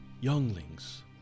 Younglings